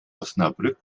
osnabrück